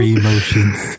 emotions